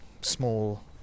small